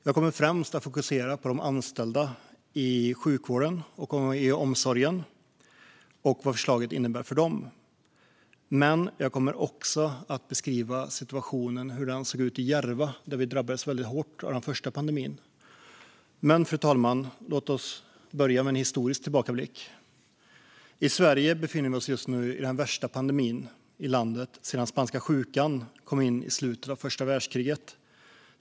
Jag kommer främst att fokusera på de anställda i sjukvården och i omsorgen och vad förslaget innebär för dem. Men jag kommer också att beskriva hur situationen såg ut i Järva, där vi drabbades väldigt hårt under den första vågen av pandemin. Fru talman! Jag ska börja med en historisk tillbakablick. I Sverige befinner vi oss just nu i den värsta pandemin i landet sedan spanska sjukan kom in i landet i slutet av första världskriget.